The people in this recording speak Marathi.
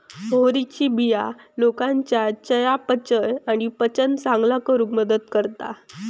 मोहरीच्या बिया लोकांच्या चयापचय आणि पचन चांगलो करूक मदत करतत